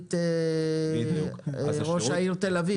לסגנית ראש העיר תל אביב.